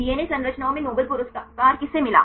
DNA संरचनाओं में Nobel पुरस्कार किसे मिला